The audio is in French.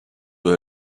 veut